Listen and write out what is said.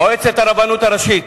מועצת הרבנות הראשית